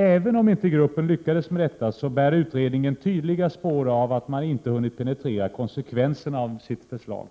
Även om inte gruppen lyckades med detta bär utredningen tydliga spår av att man inte hunnit penetrera konsekvenserna av sitt förslag.